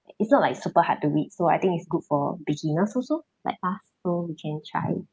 it's not like super hard to read so I think it's good for beginners also like so you can try it